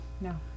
no